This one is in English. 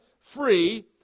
free